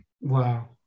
Wow